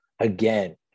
again